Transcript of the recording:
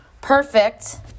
perfect